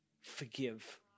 forgive